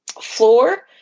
floor